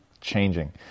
changing